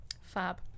Fab